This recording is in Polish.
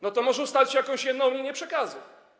No to może ustalcie jakąś jedną linię przekazu.